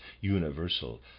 universal